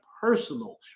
personal